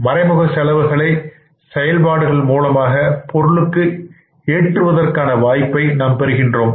மறைமுக செலவுகளை செயல்பாடுகள் மூலமாக பொருள்களுக்கு ஏற்றுவதற்கான வாய்ப்பை நாம் பெறுகின்றோம்